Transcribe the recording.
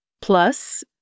plus